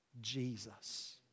Jesus